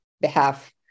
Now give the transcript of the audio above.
behalf